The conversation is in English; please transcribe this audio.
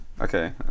Okay